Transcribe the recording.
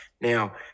Now